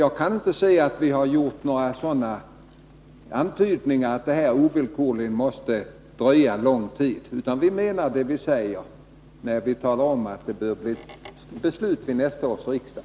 Jag kan inte se att vi har gjort några antydningar om att det ovillkorligen måste ta lång tid. Vi menar vad vi säger, att det bör bli ett beslut vid nästa års riksdag.